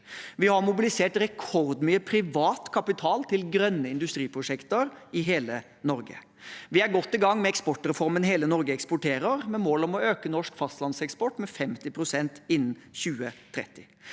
Vi har mobilisert rekordmye privat kapital til grønne industriprosjekter i hele Norge. Vi er godt i gang med eksportreformen Hele Norge eksporterer, med mål om å øke norsk fastlandseksport med 50 pst. innen 2030.